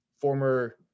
former